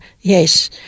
yes